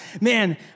Man